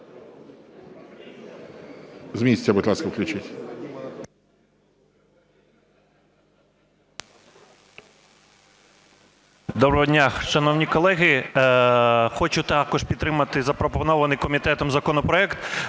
Доброго дня, шановні колеги! Хочу також підтримати запропонований комітетом законопроект.